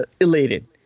elated